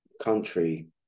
country